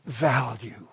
value